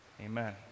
Amen